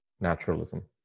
naturalism